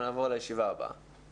הישיבה ננעלה בשעה 10:49.